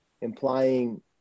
implying